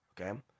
Okay